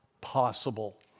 possible